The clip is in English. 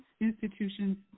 institutions